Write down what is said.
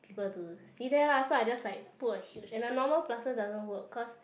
people to see there lah so I just like put a huge and a normal plaster doesn't work cause